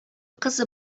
кызы